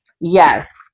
Yes